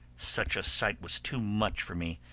such a sight was too much for me,